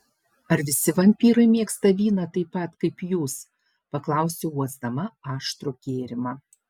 ar visi vampyrai mėgsta vyną taip pat kaip jūs paklausiau uosdama aštrų gėrimą